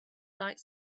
light